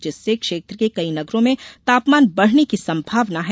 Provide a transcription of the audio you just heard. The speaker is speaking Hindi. जिससे क्षेत्र के कई नगरों में तापमान बढ़ने की सम्भावना है